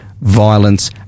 violence